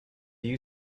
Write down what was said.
you